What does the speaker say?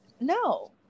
no